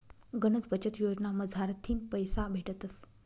गनच बचत योजना मझारथीन पैसा भेटतस